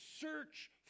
search